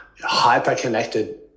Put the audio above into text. hyper-connected